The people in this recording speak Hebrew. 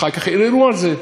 אחר כך ערערו על זה,